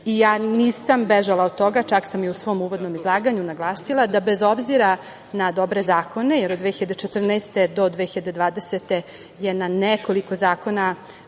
Ja nisam bežala od toga, čak sam i u svom uvodnom izlaganju naglasila da bez obzira na dobre zakone, jer od 2014. godine do 2020. godine je na nekoliko zakona